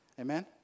amen